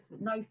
no